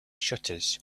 shutters